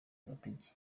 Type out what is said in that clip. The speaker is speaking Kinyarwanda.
agatege